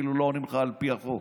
אפילו לא יענו לך על פי החוק.